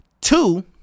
Two